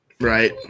right